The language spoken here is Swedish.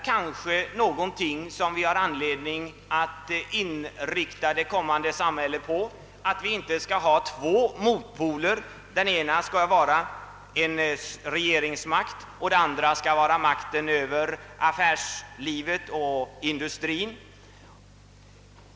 Kanske bör vi inrikta det kommande samhället på att inte ha två motpoler, av vilka den ena skall vara en regeringsmakt och den andra makten över affärslivet och industrin.